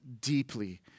deeply